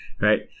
Right